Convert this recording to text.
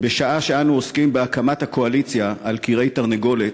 בשעה שאנו עוסקים בהקמת הקואליציה על כרעי תרנגולת,